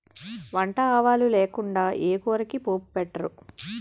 వంట ఆవాలు లేకుండా ఏ కూరకి పోపు పెట్టరు